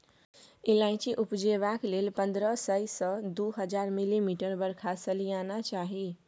इलाइचीं उपजेबाक लेल पंद्रह सय सँ दु हजार मिलीमीटर बरखा सलियाना चाही